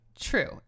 True